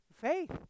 faith